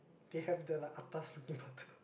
they have the like atas looking butter